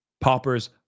pauper's